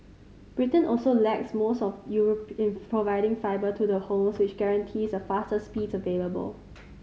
Britain also lags most of in providing fibre to the home which guarantees are fastest speeds available